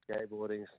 skateboarding